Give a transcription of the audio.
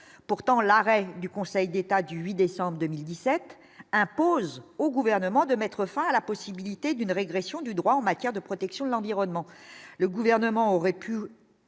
pourtant l'arrêt du Conseil d'État du 8 décembre 2017 impose au gouvernement de mettre fin à la possibilité d'une régression du droit en matière de protection de l'environnement, le gouvernement aurait pu.